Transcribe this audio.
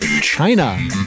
China